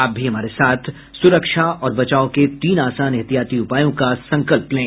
आप भी हमारे साथ सुरक्षा और बचाव के तीन आसान एहतियाती उपायों का संकल्प लें